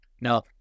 no